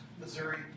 Missouri